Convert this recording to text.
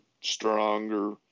stronger